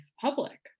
public